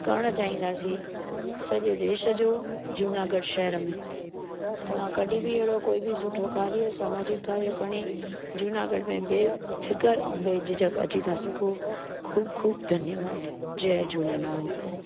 करणु चाहींदासीं सॼे देश जो जूनागढ़ शहर में तव्हां कॾहिं बि अहिड़ो सुठो कार्य सामाजिक कार्य खणी जूनागढ़ में बेफिकर ऐं बेझिजक अची था सघो ख़ूब ख़ूब धन्यवाद जय झूलेलाल